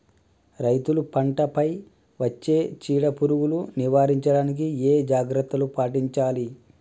రైతులు పంట పై వచ్చే చీడ పురుగులు నివారించడానికి ఏ జాగ్రత్తలు పాటించాలి?